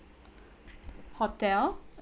hotel